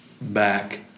back